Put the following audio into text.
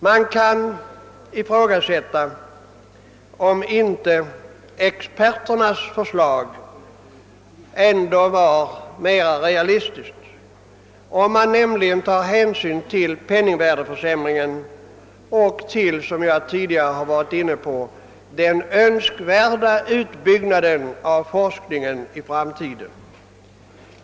Man kan ifrågasätta om inte experternas förslag ändå vore mer realistiskt, om man nämligen tar hänsyn till penningvärdeförsämringen och till — vilket jag tidigare varit inne på den önskvärda utbyggnaden av forskningen i framtiden.